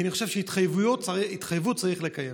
כי אני חושב שהתחייבות צריך לקיים.